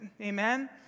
Amen